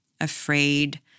Afraid